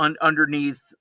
underneath